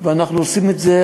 ואנחנו עושים את זה,